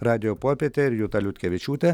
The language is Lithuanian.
radijo popietė ir juta liutkevičiūtė